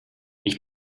ich